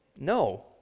No